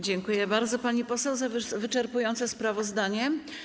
Dziękuję bardzo, pani poseł, za wyczerpujące sprawozdanie.